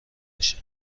باشه